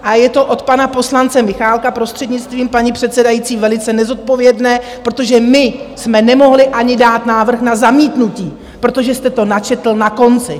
A je to od pana poslance Michálka, prostřednictvím paní předsedající, velice nezodpovědné, protože my jsme nemohli ani dát návrh na zamítnutí, protože jste to načetl na konci!